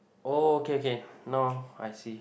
oh okay okay now I see